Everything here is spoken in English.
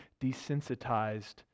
desensitized